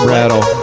Rattle